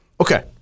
Okay